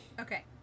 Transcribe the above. Okay